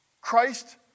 Christ